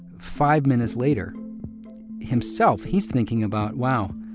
five minutes later himself, he's thinking about, wow,